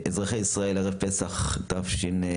אזרחי ישראל ערב פסח תשפ"ג,